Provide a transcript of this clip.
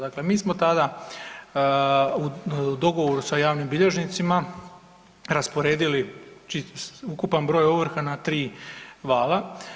Dakle, mi smo tada u dogovoru sa javnim bilježnicima rasporedili ukupan broj ovrha na tri vala.